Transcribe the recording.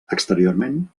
exteriorment